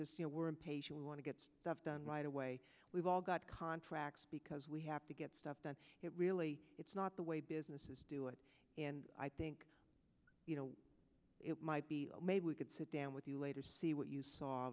just you know we're impatient we want to get stuff done right away all got contracts because we have to get stuff that's really it's not the way business is doing and i think you know it might be maybe we could sit down with you later see what you saw